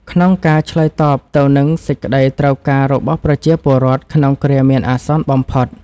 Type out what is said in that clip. ក្នុងការឆ្លើយតបទៅនឹងសេចក្តីត្រូវការរបស់ប្រជាពលរដ្ឋក្នុងគ្រាមានអាសន្នបំផុត។